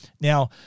Now